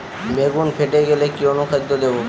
বেগুন ফেটে গেলে কি অনুখাদ্য দেবো?